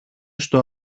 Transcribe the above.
στο